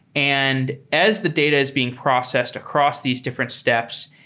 and as the data is being processed across these different steps,